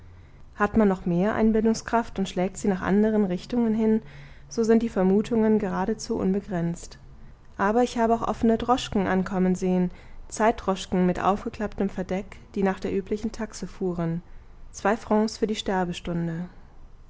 hat man noch mehr einbildungskraft und schlägt sie nach anderen richtungen hin so sind die vermutungen geradezu unbegrenzt aber ich habe auch offene droschken ankommen sehen zeitdroschken mit aufgeklapptem verdeck die nach der üblichen taxe fuhren zwei francs für die